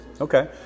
okay